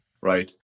Right